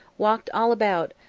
walked all about,